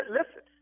listen